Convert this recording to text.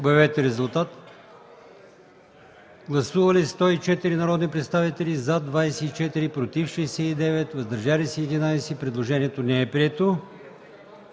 от комисията. Гласували 83 народни представители: за 14, против 65, въздържали се 4. Предложението не е прието.